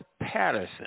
Patterson